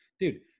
Dude